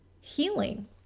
healing